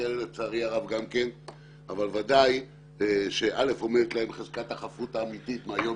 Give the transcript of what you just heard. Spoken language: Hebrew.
לצערי יש דברים כאלה אבל ודאי שעומדת להם חזקת החפות האמיתית מהיום